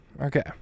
Okay